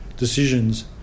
Decisions